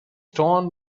torn